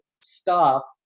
Stop